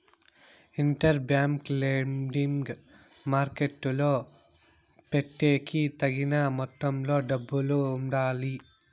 inter bank lending మార్కెట్టులో పెట్టేకి తగిన మొత్తంలో డబ్బులు ఉండాలి